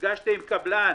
נפגשתי עם קבלן